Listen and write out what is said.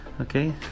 Okay